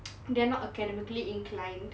they're not academically inclined